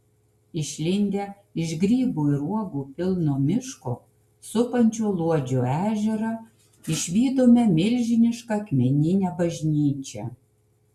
išlindę iš grybų ir uogų pilno miško supančio luodžio ežerą išvydome milžinišką akmeninę bažnyčią